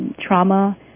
trauma